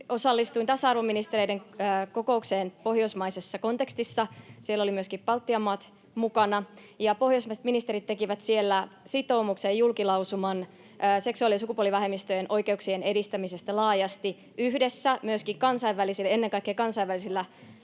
osallistuin tasa-arvoministereiden kokoukseen pohjoismaisessa kontekstissa. Siellä olivat myöskin Baltian maat mukana. Pohjoismaiset ministerit tekivät siellä sitoumuksen, julkilausuman, seksuaali- sukupuolivähemmistöjen oikeuksien edistämisestä laajasti yhdessä, ennen kaikkea kansainvälisillä